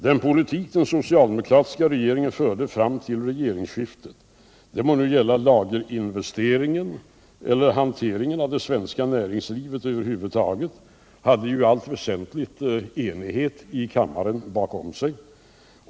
Den politik den socialdemokratiska regeringen förde fram till regeringsskiftet, det må nu gälla lagerinvesteringen eller hanteringen av det svenska näringslivet över huvud taget, hade ju i allt väsentligt enighet i kammaren bakom sig.